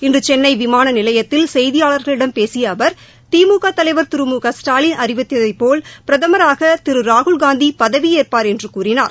இன்று சென்னை விமான நிலையத்தில் செய்தியாளர்களிடம் பேசிய அவர் திமுக தலைவர் திரு முக ஸ்டாலின் அறிவித்ததைபோல் பிரதமராக திரு ராகுல் காந்தி பதவியேற்பார் என்று கூறினார்